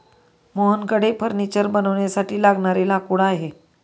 मोहनकडे फर्निचर बनवण्यासाठी लागणारे लाकूड आहे